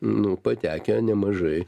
nu patekę nemažai